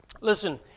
Listen